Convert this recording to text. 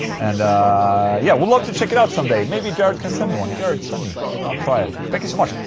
and yeah, would love to check it out someday. maybe jared can send me one. jared, send me and i'll try it. thank you so much.